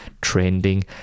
trending